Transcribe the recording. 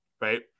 right